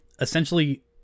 essentially